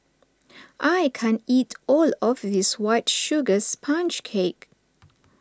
I can't eat all of this White Sugar Sponge Cake